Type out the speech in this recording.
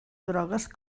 drogues